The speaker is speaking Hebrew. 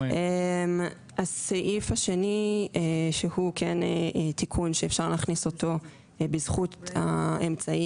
הסעיף השני שהוא כן תיקון שאפשר להכניס אותו בזכות האמצעי